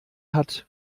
hat